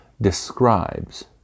describes